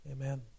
Amen